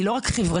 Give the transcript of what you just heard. היא לא רק חברתית,